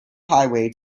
highway